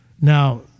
Now